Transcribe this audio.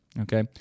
okay